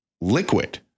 liquid